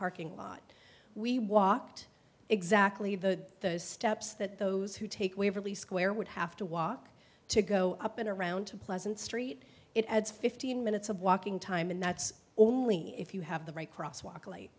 parking lot we walked exactly the steps that those who take waverly square would have to walk to go up and around to pleasant street it adds fifteen minutes of walking time and that's only if you have the right crosswalk